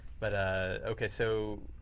but, ah okay. so,